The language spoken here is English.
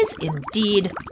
indeed